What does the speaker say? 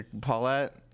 Paulette